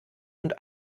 und